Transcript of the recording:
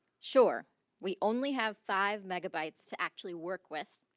sure we only have five megabytes to actually work with,